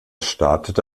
startete